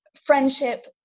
friendship